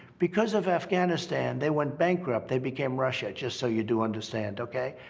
because of afghanistan, they went bankrupt. they became russia. just so you do understand, okay?